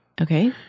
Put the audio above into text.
Okay